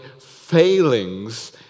failings